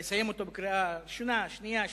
לסיים אותו בקריאה ראשונה-שנייה-שלישית